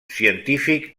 científic